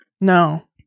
No